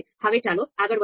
હવે ચાલો આગળ વધીએ